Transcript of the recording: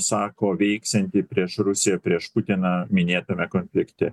sako veiksianti prieš rusiją prieš putiną minėtame konflikte